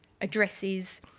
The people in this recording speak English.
addresses